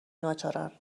ناچارا